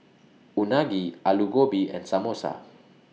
Unagi Alu Gobi and Samosa